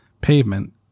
Pavement